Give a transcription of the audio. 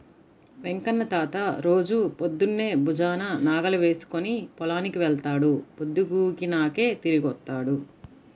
వెంకన్న తాత రోజూ పొద్దన్నే భుజాన నాగలి వేసుకుని పొలానికి వెళ్తాడు, పొద్దుగూకినాకే తిరిగొత్తాడు